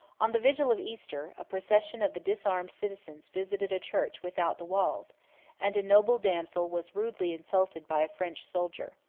on the vigil of easter, a procession of the disarmed citizens visited a church without the walls and a noble damsel was rudely insulted by a french soldier.